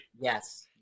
yes